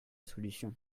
solution